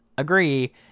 agree